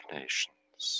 nations